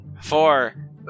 Four